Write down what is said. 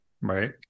Right